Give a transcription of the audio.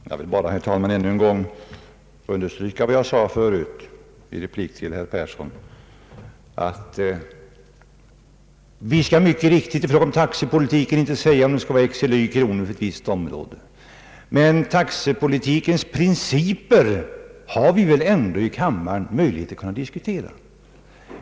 Herr talman! Jag vill bara ännu en gång understryka vad jag sade förut i replik till herr Persson, nämligen att vi i fråga om taxepolitiken inte skall föreskriva att det skall vara x eller y kronor för en viss sträcka, men taxepolitikens principer har vi ändå möjlighet att diskutera här i kammaren.